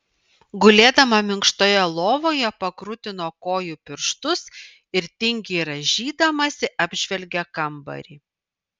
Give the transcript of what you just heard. gulėdama minkštoje lovoje pakrutino kojų pirštus ir tingiai rąžydamasi apžvelgė kambarį